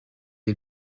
est